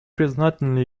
признательны